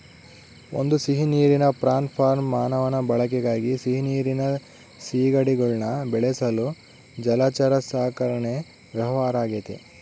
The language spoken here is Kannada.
ಒಂದು ಸಿಹಿನೀರಿನ ಪ್ರಾನ್ ಫಾರ್ಮ್ ಮಾನವನ ಬಳಕೆಗಾಗಿ ಸಿಹಿನೀರಿನ ಸೀಗಡಿಗುಳ್ನ ಬೆಳೆಸಲು ಜಲಚರ ಸಾಕಣೆ ವ್ಯವಹಾರ ಆಗೆತೆ